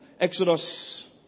Exodus